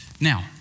Now